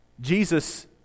Jesus